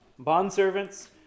bondservants